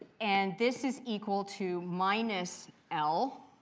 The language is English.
and this is equal to minus l,